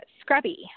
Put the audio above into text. Scrubby